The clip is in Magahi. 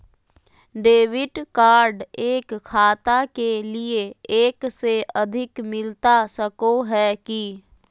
डेबिट कार्ड एक खाता के लिए एक से अधिक मिलता सको है की?